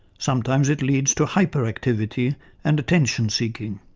sometimes it leads to hyper-activity and attention-seeking.